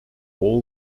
all